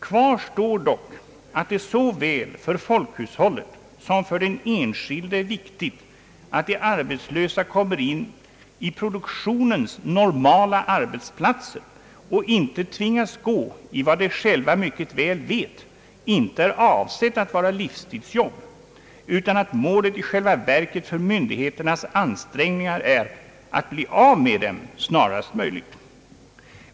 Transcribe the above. Kvar står dock att det såväl för folkhushållet som för den enskilde är viktigt att de arbetslösa kommer in i produktionen på de normala arbetsplatserna och inte tvingas gå i vad de själva mycket väl vet inte är avsett som livstidsjobb; målet för myndigheternas ansträngningar är ju i själva verket att bli av med dem snarast möjligt.